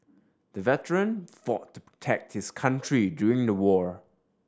the veteran fought to protect his country during the war